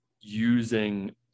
using